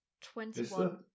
Twenty-one